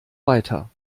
weiter